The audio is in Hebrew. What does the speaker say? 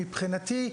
שמבחינתי,